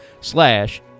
slash